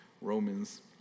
Romans